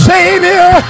Savior